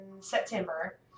September